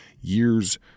years